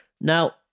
Now